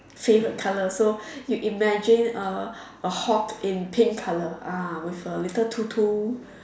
favorite color so you imagine a Hulk in pink color ah with a little to to